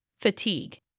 fatigue